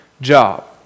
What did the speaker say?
job